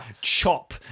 chop